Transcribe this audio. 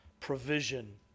provision